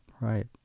right